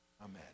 Amen